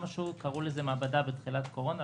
קראו לזה מעבדה בתחילת הקורונה,